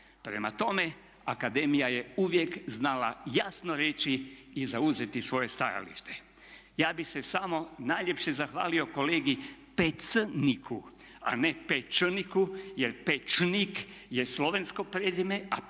Prema tome, akademija je uvijek znala jasno reći i zauzeti svoje stajalište. Ja bih se samo najljepše zahvalio kolegi Pecniku a ne Pečniku jer Pečnik je slovensko prezime,